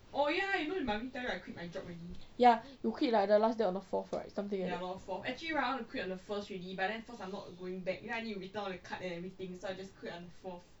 ya you quit like the last day on the fourth right something like that